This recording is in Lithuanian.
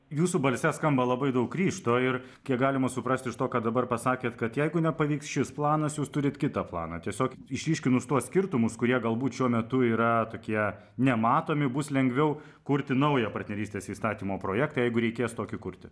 jūsų balse skamba labai daug ryžto ir kiek galima suprast iš to ką dabar pasakėte kad jeigu nepavyks šis planas jūs turite kitą planą tiesiog išryškinus tuos skirtumus kurie galbūt šiuo metu yra tokie nematomi bus lengviau kurti naują partnerystės įstatymo projektą jeigu reikės tokį kurti